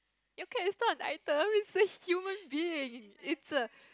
you can it's not an item is a human being it's a